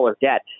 debt